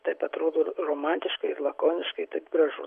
taip atrodo romantiškai ir lakoniškai taip gražu